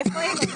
איפה היינו?